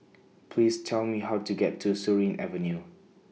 Please Tell Me How to get to Surin Avenue